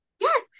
Yes